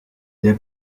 der